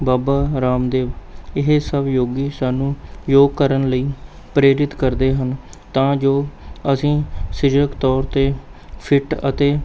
ਬਾਬਾ ਰਾਮਦੇਵ ਇਹ ਸਭ ਯੋਗੀ ਸਾਨੂੰ ਯੋਗ ਕਰਨ ਲਈ ਪ੍ਰੇਰਿਤ ਕਰਦੇ ਹਨ ਤਾਂ ਜੋ ਅਸੀਂ ਸਰੀਰਕ ਤੌਰ 'ਤੇ ਫਿੱਟ ਅਤੇ